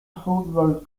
football